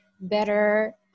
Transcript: better